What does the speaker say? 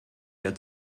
der